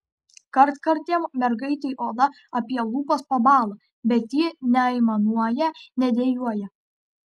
kartkartėm mergaitei oda apie lūpas pabąla bet ji neaimanuoja nedejuoja